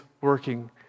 working